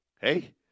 Hey